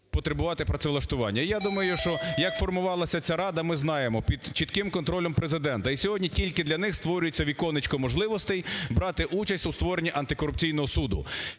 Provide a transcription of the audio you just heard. потребувати працевлаштування. І я думаю, що як формувалася ця рада – ми знаємо, під чітким контролем Президента, і сьогодні тільки для них створюється віконечко можливостей брати участь у створенні антикорупційного суду.